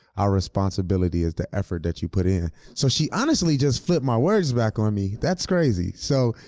our responsibility is the effort that you put in. so she honestly just flipped my words back on me. that's crazy. so